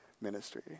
ministry